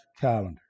calendar